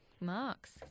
marks